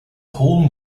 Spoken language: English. whole